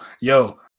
Yo